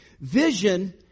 Vision